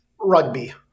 Rugby